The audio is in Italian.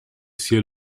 sia